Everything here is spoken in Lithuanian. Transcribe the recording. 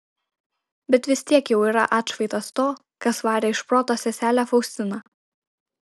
bet vis tiek jau yra atšvaitas to kas varė iš proto seselę faustiną